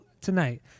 tonight